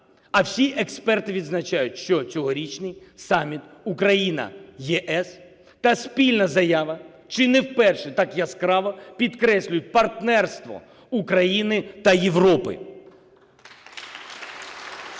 а всі експерти відзначають, що цьогорічний саміт Україна – ЄС та спільна заява чи не вперше так яскраво підкреслюють партнерство України та Європи.